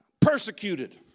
Persecuted